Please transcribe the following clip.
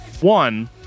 One